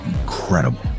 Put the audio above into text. incredible